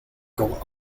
kon